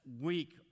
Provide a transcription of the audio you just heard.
week